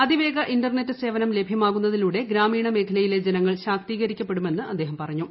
അതിവേഗ ഇന്റർനെറ്റ് സേവനം ലഭ്യമാകുന്നതിലൂടെ ഗ്രാമീണ മേഖലയിലെ ജനങ്ങൾ ശാക്തീകരിക്കപ്പെടുമെന്ന് അദ്ദേഹം പറഞ്ഞു